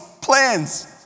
plans